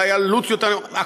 אולי עלות יותר נמוכה,